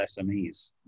SMEs